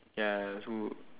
ya so